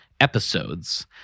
episodes